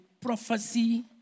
prophecy